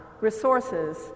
resources